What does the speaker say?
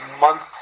month